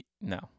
No